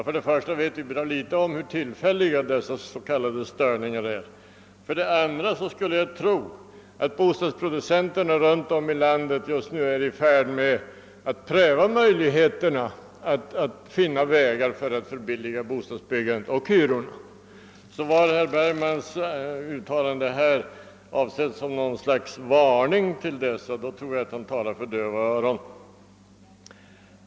För det första vet vi bra litet om hur pass tillfälliga dessa s.k. störningar är. För det andra skulle jag tro att bostadsproducenterna runt om i landet just nu är i färd med att pröva möjligheterna att finna vägar för att förbilliga bostadsbyggandet och därigenom få fram lägre hyror. Om därför herr Bergmans uttalande var avsett som något slags varning till dem, tror jag att han talade för döva öron.